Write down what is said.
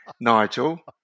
Nigel